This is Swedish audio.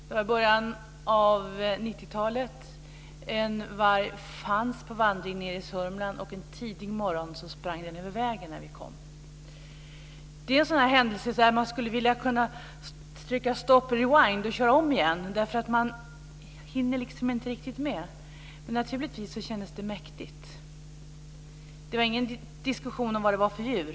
Det var i början av 90-talet. En varg fanns på vandring nere i Sörmland, och en tidig morgon sprang den över vägen när vi kom. Det är en sådan händelse där man skulle vilja trycka stop och rewind och köra den om igen. Man hinner liksom inte riktigt med. Naturligtvis kändes det mäktigt. Det var ingen diskussion om vad det var för djur.